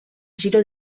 giro